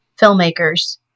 filmmakers